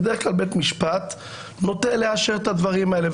בדרך כלל בית משפט נוטה לאשר את הדברים האלה.